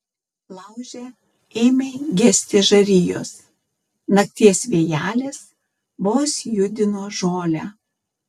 lauže ėmė gesti žarijos nakties vėjelis vos judino žolę